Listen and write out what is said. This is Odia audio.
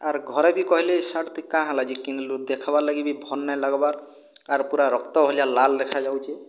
ଆର୍ ଘରେ ବି କହିଲେ ଏ ସାର୍ଟ ତୁ କ'ଣ ହେଲା ଯେ କିଣିଲୁ ଦେଖିବାର ଲାଗି ବି ଭଲ ନାହିଁ ଲାଗିବାର ଆର୍ ପୂରା ରକ୍ତ ଭଳିଆ ଲାଲ୍ ଦେଖାଯାଉଛି